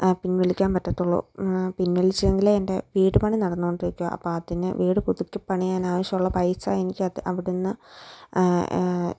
പിൻവലിക്കാൻ പറ്റത്തുള്ളൂ പിൻവലിച്ചെങ്കിലേ എന്റെ വീട് പണി നടന്നുകൊണ്ടിരിക്കുകയാ അപ്പം അതിന് വീട് പുതുക്കി പണിയാൻ ആവശ്യമുള്ള പൈസ എനിക്കത് അവിടുന്ന്